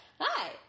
Hi